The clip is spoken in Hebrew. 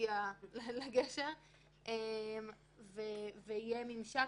בנוגע לקבוצה השנייה, נניח שקיימת